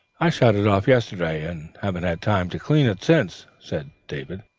i shot it off yesterday, and haven't had time to clean it since said david,